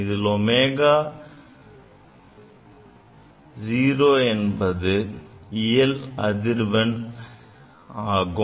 இதில் omega 0 என்பது இயல் அலைவெண் ஆகும்